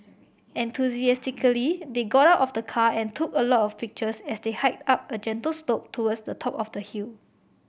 enthusiastically they got out of the car and took a lot of pictures as they hiked up a gentle slope towards the top of the hill